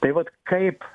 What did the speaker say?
tai vat kaip